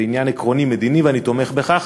זה עניין עקרוני, מדיני, ואני תומך בכך.